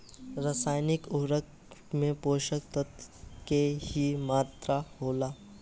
रसायनिक उर्वरक में पोषक तत्व के की मात्रा होला?